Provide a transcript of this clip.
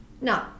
No